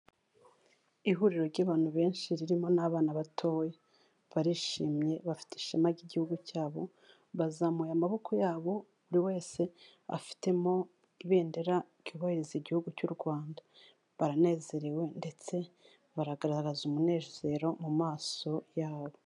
Ihuriro ry'abantu benshi ririmo n'abana batoya. Barishimye bafite ishema ry'igihugu cyabo, bazamuye amaboko yabo buri wese afitemo ibendera ryubahiriza igihugu cy'u Rwanda. Baranezerewe ndetse baragaragaza umunezero mu maso yabo.